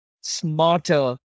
smarter